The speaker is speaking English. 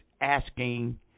asking